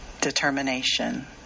determination